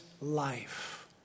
life